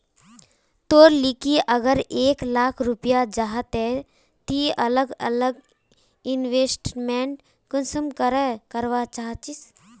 तोर लिकी अगर एक लाख रुपया जाहा ते ती अलग अलग इन्वेस्टमेंट कुंसम करे करवा चाहचिस?